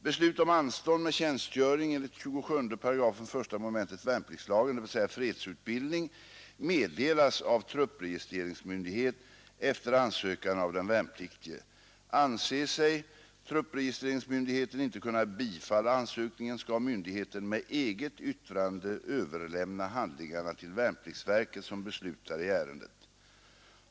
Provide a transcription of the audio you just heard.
Beslut om anstånd med tjänstgöring enligt 27 & 1 mom. värnpliktslagen, dvs. fredsutbildning, meddelas av truppregistreringsmyndighet efter ansökan av den värnpliktige. Anser sig truppregistreringsmyndigheten inte kunna bifalla ansökningen skall myndigheten med eget yttrande överlämna handlingarna till värnpliktsverket, som beslutar i ärendet.